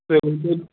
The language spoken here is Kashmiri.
تُہۍ ؤنۍتَو